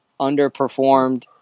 underperformed